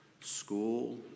school